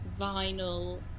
vinyl